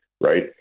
Right